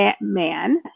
man